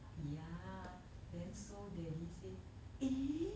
ya then so daddy say eh